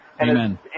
Amen